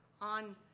on